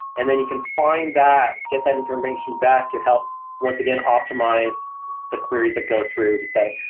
and then you can find that, get that information back to help once again optimize the queries that go through to say,